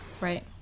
Right